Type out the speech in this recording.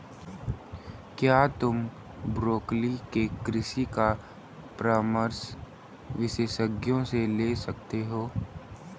क्या तुम ब्रोकोली के कृषि का परामर्श विशेषज्ञों से ले सकते हो?